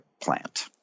plant